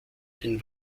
den